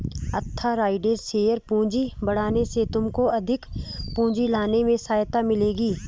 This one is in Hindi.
ऑथराइज़्ड शेयर पूंजी बढ़ाने से तुमको अधिक पूंजी लाने में सहायता मिलेगी